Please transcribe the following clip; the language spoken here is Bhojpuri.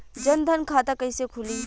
जनधन खाता कइसे खुली?